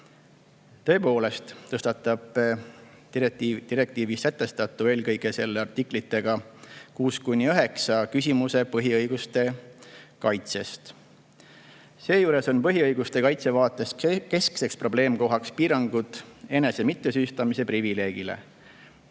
Tõepoolest tõstatab direktiivis sätestatu eelkõige selle artiklitega 6–9 küsimuse põhiõiguste kaitsest. Seejuures on põhiõiguste kaitse vaatest keskseks probleemiks piirangud enese mittesüüstamise privileegile.